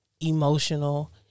Emotional